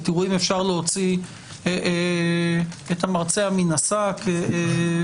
ותראו אם אפשר להוציא את המרצע מן השק,